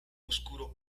oscuro